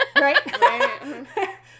right